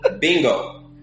Bingo